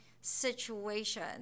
situation